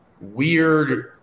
weird